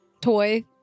toy